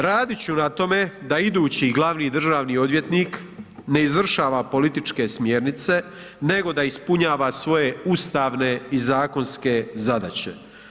Radit ću na tome da idući glavni državni odvjetnik ne izvršava političke smjernice, nego da ispunjava svoje ustavne i zakonske zadaće.